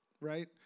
right